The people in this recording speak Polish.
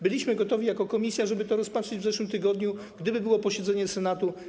Byliśmy gotowi jako komisja, żeby to rozpatrzyć w zeszłym tygodniu, gdyby było posiedzenie Senatu.